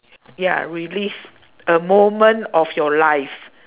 ya relive a moment of your life